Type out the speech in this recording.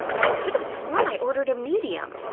i could've sworn i ordered a medium.